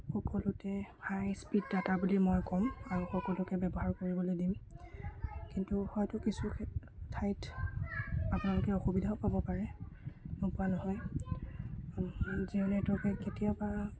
সকলোতে high speed data বুলি মই ক'ম আৰু সকলোকে ব্যৱহাৰ কৰিবলৈ দিম কিন্তু হয়তো কিছু ক্ষে ঠাইত আপোনালোকে অসুবিধাও পাব পাৰে নোপোৱা নহয় জিঅ' নেটৱৰ্কে কেতিয়াবা